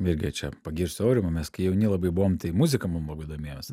irgi čia pagirsiu aurimą mes kai jauni labai buvom tai muzika mum labai domėjosi